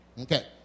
Okay